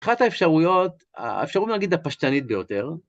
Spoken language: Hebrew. אחת האפשרויות, האפשרות, נגיד, הפשטנית ביותר,